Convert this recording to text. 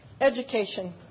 education